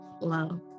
love